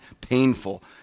painful